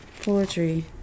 poetry